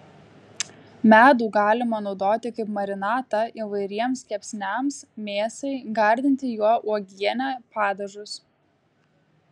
medų galima naudoti kaip marinatą įvairiems kepsniams mėsai gardinti juo uogienę padažus